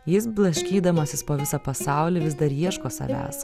jis blaškydamasis po visą pasaulį vis dar ieško savęs